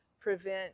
prevent